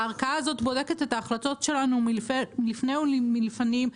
הערכאה הזאת בודקת את ההחלטות שלנו מלפני ומלפנים,